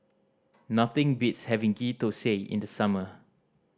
nothing beats having Ghee Thosai in the summer